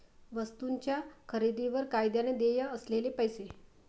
वस्तूंच्या खरेदीवर कायद्याने देय असलेले पैसे